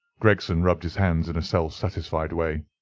gregson rubbed his hands in a self-satisfied way.